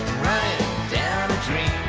runnin' down a dream